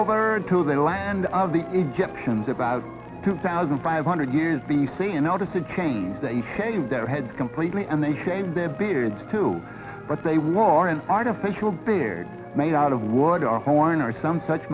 over to the land of the egyptians about two thousand five hundred years b c in order to change their head completely and they came their beards too but they wore an artificial beard made out of water horn or some such